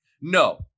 No